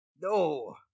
No